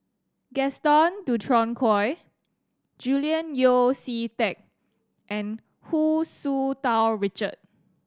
Gaston Dutronquoy Julian Yeo See Teck and Hu Tsu Tau Richard